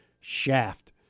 Shaft